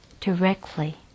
directly